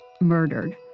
murdered